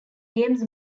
games